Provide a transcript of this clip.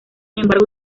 embargo